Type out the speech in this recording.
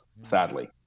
sadly